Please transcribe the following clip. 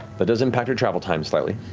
that does impact your travel time slightly,